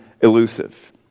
elusive